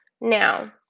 Now